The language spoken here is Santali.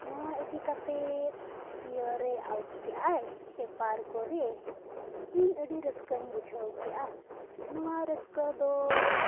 ᱱᱚᱣᱟ ᱤᱫᱤ ᱠᱟᱛᱮᱫ ᱤᱭᱟᱹᱨᱮ ᱟᱣᱩᱴ ᱠᱮᱜᱼᱟᱭ ᱯᱮᱯᱟᱨ ᱠᱚᱨᱮ ᱤᱧ ᱟᱹᱰᱤ ᱨᱟᱹᱥᱠᱟᱹᱧ ᱵᱩᱡᱷᱟᱹᱣ ᱠᱮᱜᱼᱟ ᱱᱚᱣᱟ ᱨᱟᱹᱥᱠᱟᱹ ᱫᱚ